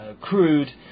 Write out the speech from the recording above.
crude